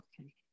Okay